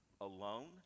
alone